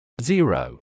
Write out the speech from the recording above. zero